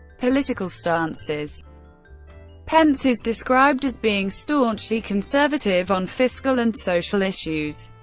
political stances pence is described as being staunchly conservative on fiscal and social issues,